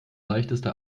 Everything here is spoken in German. leichteste